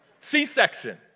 C-section